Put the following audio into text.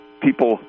people